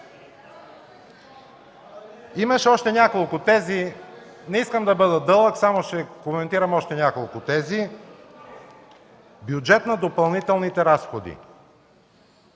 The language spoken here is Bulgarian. Имаше още няколко тези, не искам да говоря дълго, ще коментирам само няколко още. Бюджет на допълнителните разходи.